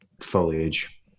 foliage